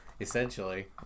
essentially